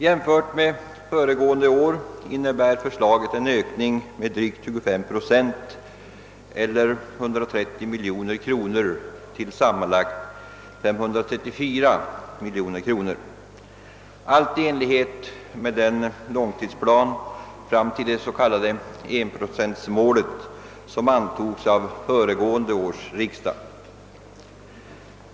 Jämfört med föregående år innebär det förslag som framlagts en ökning med drygt 25 procent, eller 130 miljoner kronor, till sammanlagt 634 miljoner, allt i enlighet med den långtidsplan och det s.k. 1-procentsmål som antogs av förra årets riksdag.